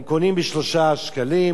הם קונים ב-3 שקלים,